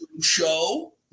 show